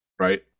right